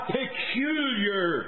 peculiar